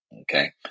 Okay